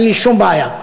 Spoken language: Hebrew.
אין לי שום בעיה.